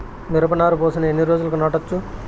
మిరప నారు పోసిన ఎన్ని రోజులకు నాటచ్చు?